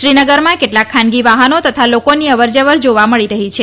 શ્રીનગરમાં કેટલાક ખાનગી વાહનો તથા લોકોની અવરજવર જાવા મળી છે